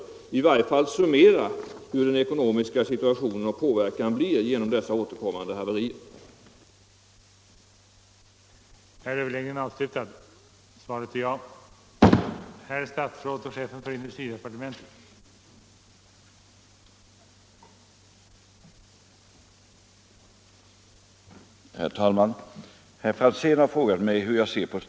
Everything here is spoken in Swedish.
Man borde i varje fall summera vilken inverkan på den ekonomiska situationen som dessa återkommande haverier har.